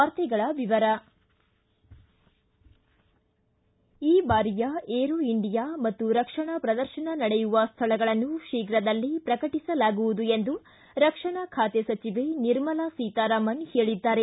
ವಾರ್ತೆಗಳ ವಿವರ ಈ ಬಾರಿಯ ಏರೋ ಇಂಡಿಯಾ ಮತ್ತು ರಕ್ಷಣಾ ಪ್ರದರ್ಶನ ನಡೆಯುವ ಸ್ಥಳಗಳನ್ನು ಶೀಘದಲ್ಲೇ ಪ್ರಕಟಿಸಲಾಗುವುದು ಎಂದು ರಕ್ಷಣಾ ಖಾತೆ ಸಚಿವೆ ನಿರ್ಮಲಾ ಸೀತಾರಾಮನ್ ಹೇಳಿದ್ದಾರೆ